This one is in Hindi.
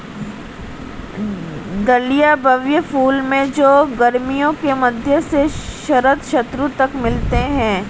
डहलिया भव्य फूल हैं जो गर्मियों के मध्य से शरद ऋतु तक खिलते हैं